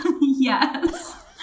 Yes